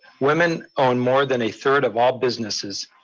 women own more than a third of all business,